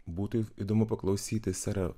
būtų įdomu paklausyti sere